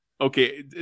Okay